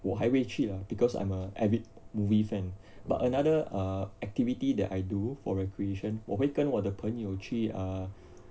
我还会去 lah because I'm a avid movie fan but another err activity that I do for recreation 我会跟我的朋友去 err